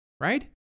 right